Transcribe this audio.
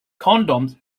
condoms